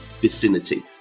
vicinity